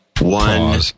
one